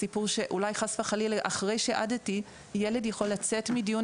הסיפור שאולי חס וחלילה אחרי שהעדתי ילד יכול לצאת מדיון